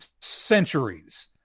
centuries